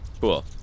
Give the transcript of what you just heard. Cool